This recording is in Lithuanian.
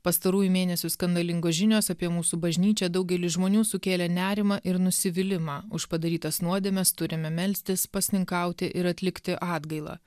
pastarųjų mėnesių skandalingos žinios apie mūsų bažnyčią daugeliui žmonių sukėlė nerimą ir nusivylimą už padarytas nuodėmes turime melstis pasninkauti ir atlikti atgailą